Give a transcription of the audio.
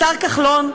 לשר כחלון,